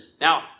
Now